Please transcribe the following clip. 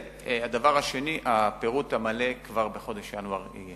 הדבר השני, הפירוט המלא כבר יהיה בחודש ינואר.